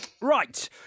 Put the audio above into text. right